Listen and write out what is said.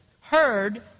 heard